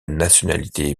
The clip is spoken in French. nationalité